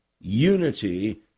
unity